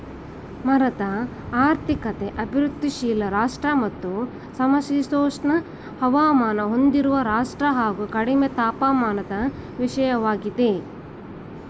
ಮರದ ಆರ್ಥಿಕತೆ ಅಭಿವೃದ್ಧಿಶೀಲ ರಾಷ್ಟ್ರ ಮತ್ತು ಸಮಶೀತೋಷ್ಣ ಹವಾಮಾನ ಹೊಂದಿರುವ ರಾಷ್ಟ್ರ ಹಾಗು ಕಡಿಮೆ ತಾಪಮಾನದ ವಿಷಯವಾಗಿದೆ